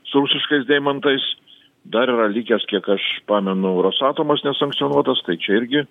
su rusiškais deimantais dar yra likęs kiek aš pamenu rosatomas nesankcionuotas tai čia irgi